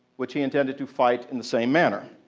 which he intended to fight in the same manner.